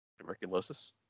Tuberculosis